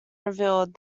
revealed